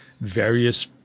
various